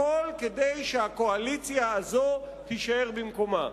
הכול כדי שהקואליציה הזאת תישאר במקומה.